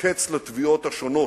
וקץ לתביעות השונות,